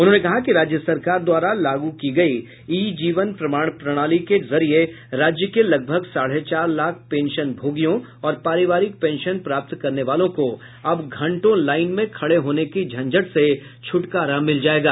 उन्होंने कहा कि राज्य सरकार द्वारा लागू की गयी ई जीवन प्रमाण प्रणाली के जरिये राज्य के लगभग साढ़े चार लाख पेंशनभोगियों और पारिवारिक पेंशन प्राप्त करने वालों को अब घंटों लाईन में खड़े होने की झंझट से छूटकारा मिल जायेगा